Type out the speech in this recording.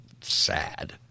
sad